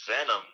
venom